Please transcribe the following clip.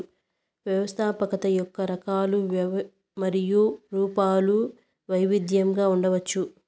వ్యవస్థాపకత యొక్క రకాలు మరియు రూపాలు వైవిధ్యంగా ఉండవచ్చు